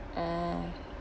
ah